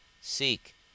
Seek